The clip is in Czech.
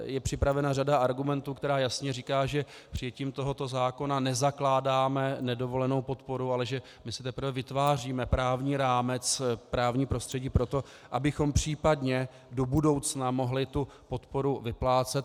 Je připravena řada argumentů, která jasně říká, že přijetím tohoto zákona nezakládáme nedovolenou podporu, ale že si teprve vytváříme právní rámec, právní prostředí pro to, abychom případně do budoucna mohli podporu vyplácet.